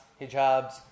hijabs